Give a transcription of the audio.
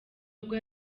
ubwo